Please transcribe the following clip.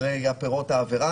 אחרי פירות העבירה.